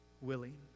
willing